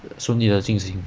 顺利地进行